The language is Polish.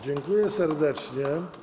Dziękuję serdecznie.